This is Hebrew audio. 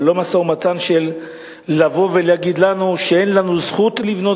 אבל לא משא-ומתן של לבוא ולהגיד לנו שאין לנו זכות לבנות